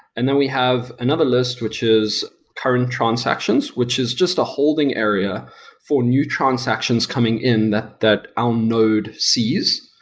and then we have another list, which is current transactions, which is just a holding area for new transactions coming in that that our node sees,